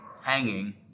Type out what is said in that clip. hanging